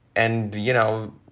and you know,